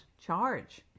charge